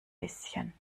bisschen